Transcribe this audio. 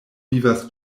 vivas